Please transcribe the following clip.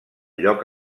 lloc